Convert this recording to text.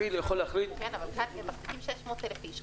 אבל כאן הם מחזיקים 600,000 איש.